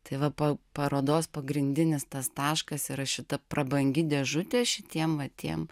tai va po parodos pagrindinis tas taškas yra šita prabangi dėžutė šitiem va tiem